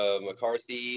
McCarthy